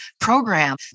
program